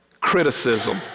criticism